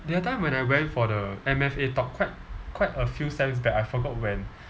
the other time when I went for the M_F_A talk quite quite a few sems back I forgot when